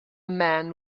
man